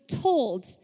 told